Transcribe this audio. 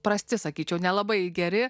prasti sakyčiau nelabai geri